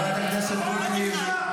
חברת הכנסת גוטליב.